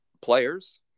players